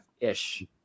ish